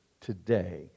today